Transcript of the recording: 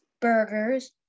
burgers